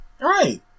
Right